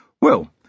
Well